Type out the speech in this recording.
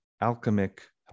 alchemic